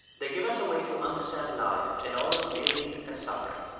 they give us a way to understand life in all its beauty and suffering.